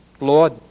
Lord